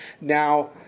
Now